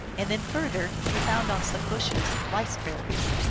and then further he found on some bushes, rice-berries.